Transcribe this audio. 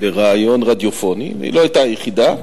בריאיון רדיופוני, והיא לא היתה היחידה,